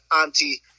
Auntie